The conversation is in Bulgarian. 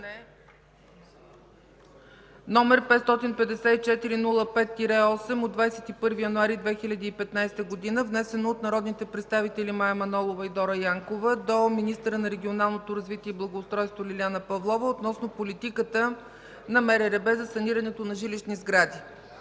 № 554-05-8 от 21 януари 2015 г., внесено от народните представители Мая Манолова и Дора Янкова до министъра на регионалното развитие и благоустройството Лиляна Павлова относно политиката на Министерството на регионалното